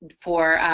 for